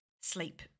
sleep